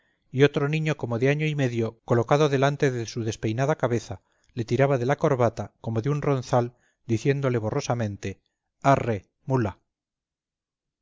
y otro niño como de año y medio colocado delante de su despeinada cabeza le tiraba de la corbata como de un ronzal diciéndole borrosamente arre mula